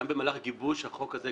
גם במהלך גיבוש החוק הזה,